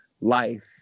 life